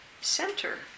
center